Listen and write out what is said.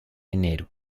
enero